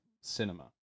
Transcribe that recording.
cinema